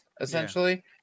essentially